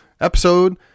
episode